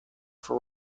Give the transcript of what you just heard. for